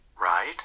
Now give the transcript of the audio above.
Right